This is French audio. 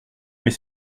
mais